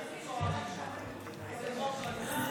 או קונסולרית),